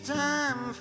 time